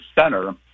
center